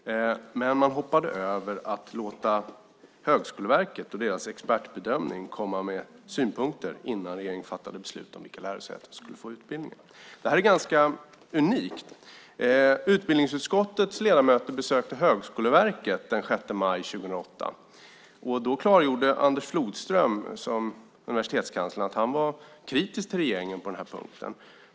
Men regeringen hoppade över att låta Högskoleverket och deras expertbedömning komma med synpunkter innan man fattade beslut om vilka lärosäten som skulle få utbildningen. Detta är ganska unikt. Utbildningsutskottets ledamöter besökte Högskoleverket den 6 maj 2008. Då klargjorde universitetskansler Anders Flodström att han var kritisk till regeringen på den här punkten.